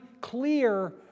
clear